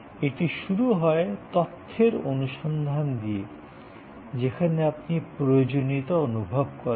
এটি শুরু হয় তথ্যের অনুসন্ধান দিয়ে যেখানে আপনি প্রয়োজনীয়তা অনুভব করেন